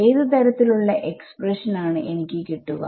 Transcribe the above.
ഏത് തരത്തിൽ ഉള്ള എക്സ്പ്രഷൻആണ് എനിക്ക് കിട്ടുക